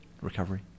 recovery